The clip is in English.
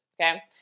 Okay